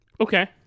Okay